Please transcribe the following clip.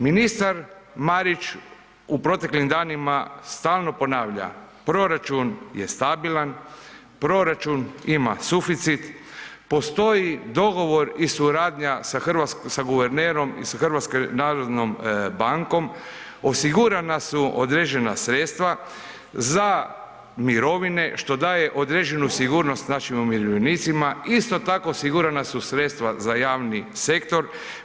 Ministar Marić u proteklim danima stalno ponavlja, proračun je stabilan, proračun ima suficit, postoji dogovor i suradnja sa guvernerom i HNB-om, osigurana su određena sredstva za mirovine, što daje određenu sigurnost našim umirovljenicima, isto tako osigurana su sredstva za javni sektor.